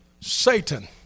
Satan